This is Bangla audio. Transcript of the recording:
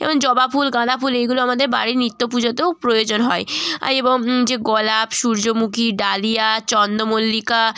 এবং জবা ফুল গাঁদা ফুল এইগুলো আমাদের বাড়ির নিত্য পুজোতেও প্রয়োজন হয় এবং যে গোলাপ সূর্যমুখী ডালিয়া চন্দ্রমল্লিকা